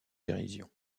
dérision